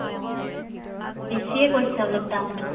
অঁ বেছিয়ে কৈছে অলপ দামটো